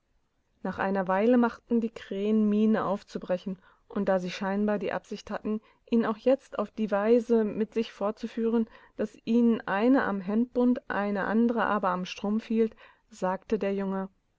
nach einer weile machten die krähen miene aufzubrechen und da sie scheinbar die absicht hatten ihn auch jetzt auf die weise mit sich fortzuführen daßihneineamhemdbund eineandereaberamstrumpfhielt sagtederjunge